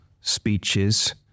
speeches